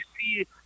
see